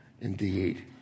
Indeed